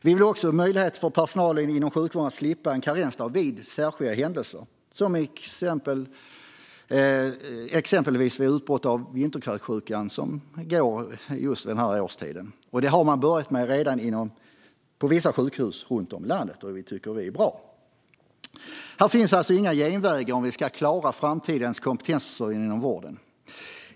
Vi vill också ge personalen inom sjukvården möjlighet att slippa en karensdag vid särskilda händelser, exempelvis vid utbrott av vinterkräksjukan, som går vid just den här tiden på året. Detta har man redan börjat med på vissa sjukhus runt om i landet, och det tycker vi är bra. Det finns alltså inga genvägar om vi ska klara framtidens kompetensförsörjning inom vården.